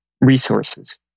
resources